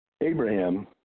Abraham